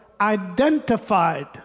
identified